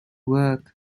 work